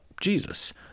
jesus